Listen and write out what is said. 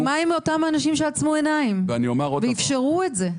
ומה עם אותם אנשים שעצמו עיניים ואפשרו את זה?